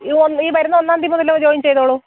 ഈ ഒന്ന് ഈ വരുന്ന ഒന്നാം തീയ്യതി മുതല് ജോയിന് ചെയ്തോളൂ